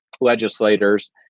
legislators